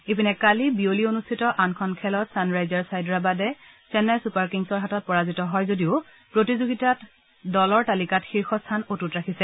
ইপিনে কালি বিয়লি অনুষ্ঠিত আনখন খেলত ছানৰাইজাৰ্ছ হায়দৰাবাদ চেন্নাই ছুপাৰ কিংছৰ হাতত পৰাজিত হয় যদিও প্ৰতিযোগিতাৰ দলৰ তালিকাত শীৰ্ষ স্থান অটুত ৰাখিছে